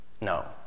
No